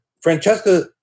Francesca